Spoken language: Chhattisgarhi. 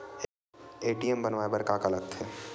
ए.टी.एम बनवाय बर का का लगथे?